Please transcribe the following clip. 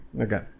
Okay